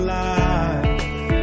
life